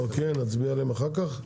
אוקיי, נצביע עליהן אחר כך.